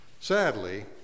Sadly